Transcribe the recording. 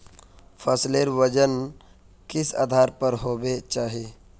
फसलेर वजन किस आधार पर होबे चही?